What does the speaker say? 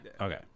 Okay